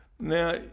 now